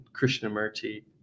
Krishnamurti